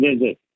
visit